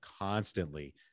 constantly